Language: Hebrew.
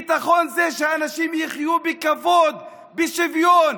ביטחון זה שאנשים יחיו בכבוד, בשוויון.